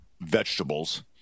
vegetables